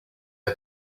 are